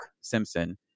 Simpson